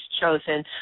chosen